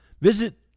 Visit